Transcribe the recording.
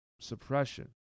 suppression